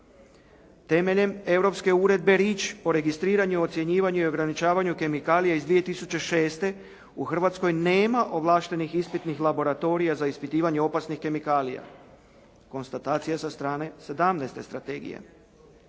Temeljem europske Uredbe Rich o registriranju, ocjenjivanju i ograničavanju kemikalija iz 2006. u Hrvatskoj nema ovlaštenih ispitnih laboratorija za ispitivanje opasnih kemikalija. Konstatacija sa strane 17. strategije.